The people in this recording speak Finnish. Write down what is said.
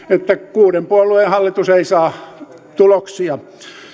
kuuden puolueen hallitus ei saa tuloksia